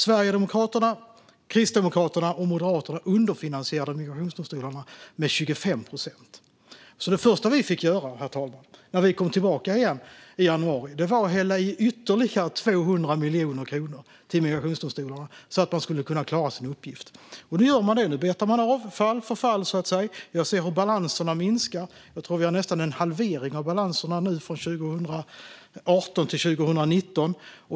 Sverigedemokraterna, Kristdemokraterna och Moderaterna underfinansierade alltså migrationsdomstolarna med 25 procent. Det första vi fick göra, herr talman, när vi kom tillbaka i januari var att hälla i ytterligare 200 miljoner kronor till migrationsdomstolarna så att de skulle kunna klara sin uppgift. Nu betar man av fall för fall. Jag ser hur balanserna minskar - jag tror att vi nästan har en halvering av balanserna nu från 2018 till 2019.